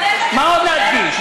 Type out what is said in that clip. מה עוד להדגיש?